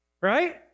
right